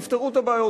תפתרו את הבעיות,